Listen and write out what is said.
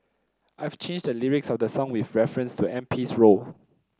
I've changed the lyrics of the song with reference to M P's role